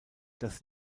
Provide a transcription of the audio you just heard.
das